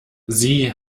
sie